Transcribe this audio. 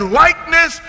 likeness